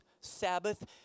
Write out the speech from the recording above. Sabbath